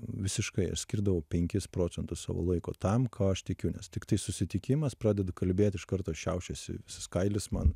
visiškai skirdavau penkis procentus savo laiko tam kuo aš tikiu nes tiktai susitikimas pradedu kalbėti iš karto šiaušiasi visas kailis man